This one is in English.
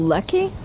Lucky